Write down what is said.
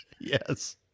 Yes